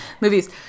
movies